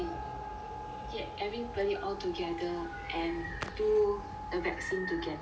get everybody altogether and do the vaccine together